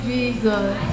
Jesus